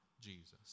Jesus